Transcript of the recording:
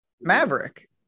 Maverick